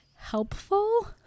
helpful